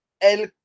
El